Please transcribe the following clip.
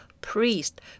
priest